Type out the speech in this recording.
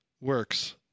works